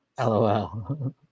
LOL